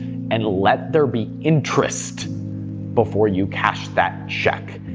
and let there be interest before you cash that check.